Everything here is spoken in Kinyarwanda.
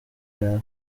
yawe